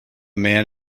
man